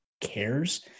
cares